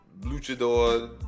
luchador